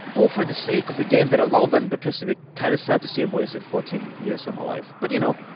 both for the sake of the game that i love, and because it'd be kind of sad to see i've wasted fourteen years of my life. but you know.